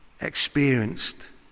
experienced